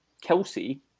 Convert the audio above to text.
Kelsey